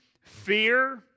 fear